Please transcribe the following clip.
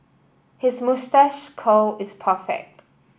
his moustache curl is perfect